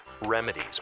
remedies